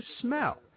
smell